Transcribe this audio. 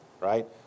right